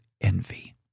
envy